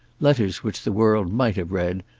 letters which the world might have read,